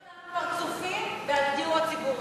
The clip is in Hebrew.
שימי לב, תמיד אותם פרצופים על הדיור הציבורי.